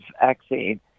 vaccine